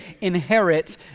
inherit